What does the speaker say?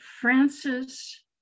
Francis